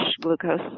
glucose